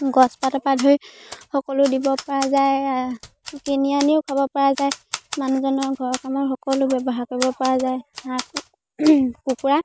গছপাতৰপৰা ধৰি সকলো দিবপৰা যায় কিনি আনিও খুৱাবপৰা যায় মানুহজনৰ ঘৰৰ কামৰ সকলো ব্যৱহাৰ কৰিবপৰা যায় হাঁহ কুকুৰা